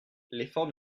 l’effort